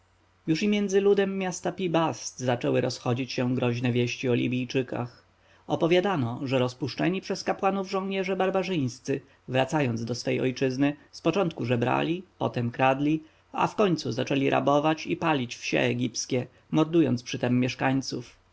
już i między ludem miasta pi-bast zaczęły rozchodzić się groźne wieści o libijczykach opowiadano że rozpuszczeni przez kapłanów żołnierze barbarzyńcy wracając do swej ojczyzny z początku żebrali potem kradli a wkońcu zaczęli rabować i palić wsie egipskie mordując przytem mieszkańców